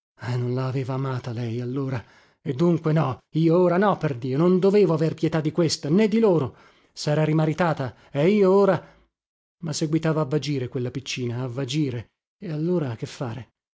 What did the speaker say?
ah non la aveva amata lei allora e dunque no io ora no perdio non dovevo aver pietà di questa né di loro sera rimaritata e io ora ma seguitava a vagire quella piccina a vagire e allora che fare